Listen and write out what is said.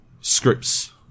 scripts